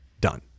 Done